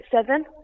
seven